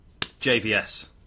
JVS